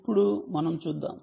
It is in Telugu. ఇప్పుడు మనం చూద్దాం